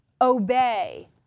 obey